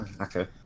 Okay